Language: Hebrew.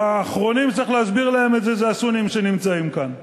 האחרונים שצריך להסביר להם את זה הם הסונים שנמצאים כאן,